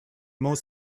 more